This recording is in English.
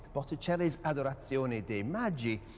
botticeiii's adorazione dei magi,